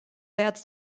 werts